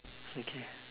okay